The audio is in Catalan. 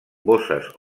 bosses